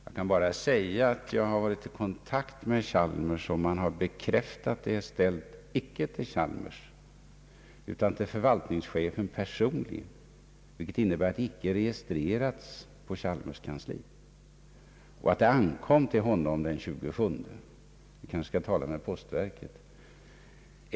Jag har emellertid varit i kontakt med Chalmers, där man bekräftat att handlingarna inte var ställda till Chalmers utan till förvaltningschefen personligen, vilket innebär att de icke registrerats. De kom förvaltningschefen till handa den 27 — vi skall kanske tala med postverket?